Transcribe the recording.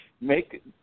make